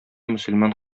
мөселман